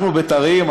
אנחנו בית"ריים,